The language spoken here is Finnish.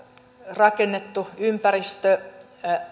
rakennettu ympäristö